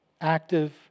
Active